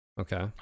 Okay